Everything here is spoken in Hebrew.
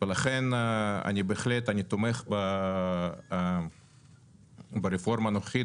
לכן אני תומך ברפורמה הנוכחית.